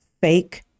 fake